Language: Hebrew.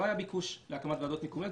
לא היה ביקוש להקמת ועדת מקומיות,